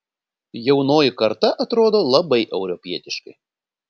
jaunoji karta atrodo labai europietiškai